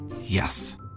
Yes